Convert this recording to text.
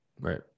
Right